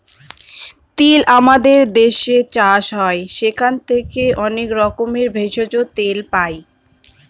তিল আমাদের দেশে চাষ হয় সেখান থেকে অনেক রকমের ভেষজ, তেল পাই